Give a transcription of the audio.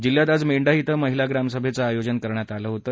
जिल्ह्यात आज मेंढा धिं महिला ग्रामसभेचं आयोजन करण्यात आलं होतं